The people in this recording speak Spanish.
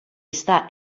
está